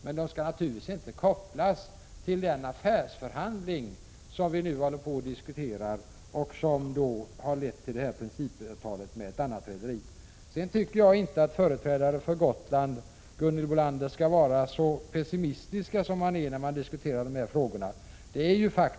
Men de skall naturligtvis inte kopplas till den affärsförhandling som har lett till ett principavtal med ett annat rederi och som vi nu håller på att diskutera. Jag tycker inte, Gunhild Bolander, att företrädare för Gotland skall vara så pessimistiska som de är när de diskuterar dessa frågor.